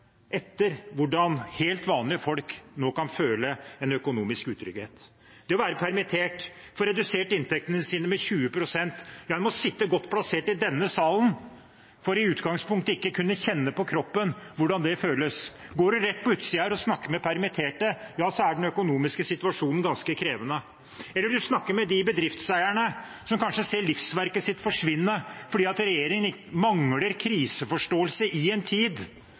etter hvordan helt vanlige folk nå kan føle en økonomisk utrygghet. Det å være permittert, å få redusert inntektene sine med 20 pst. – en må sitte godt plassert i denne salen for i utgangspunktet ikke å kunne kjenne på kroppen hvordan det føles. Går en rett på utsiden her og snakker med permitterte, så er den økonomiske situasjonen ganske krevende. Eller en snakker med de bedriftseierne som kanskje ser livsverket sitt forsvinne fordi regjeringen mangler kriseforståelse i en tid